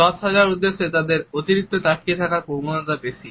সৎ সাজার উদ্দেশ্যে তাদের অতিরিক্ত তাকিয়ে থাকার প্রবণতা বেশি